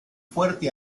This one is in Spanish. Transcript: fuerte